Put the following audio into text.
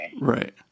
Right